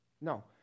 No